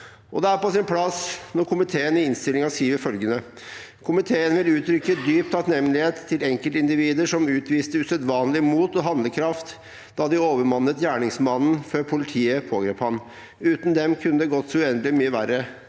Det er på sin plass når komiteen i innstillingen skriver følgende: «Komiteen vil uttrykke dyp takknemlighet til enkeltindivider som utviste usedvanlig mot og handlekraft da de overmannet gjerningsmannen før politiet pågrep ham. Uten dem kunne det gått så uendelig mye verre.